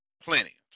Plenty